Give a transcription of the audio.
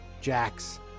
Jax